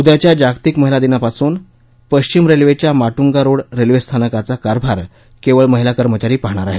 उद्याच्या जागतिक महिला दिनापासून पश्चिम रेल्वेच्या माट्गा रोड रेल्वे स्थानकाचा कारभार केवळ महिला कर्मचारी पाहणार आहेत